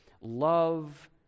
love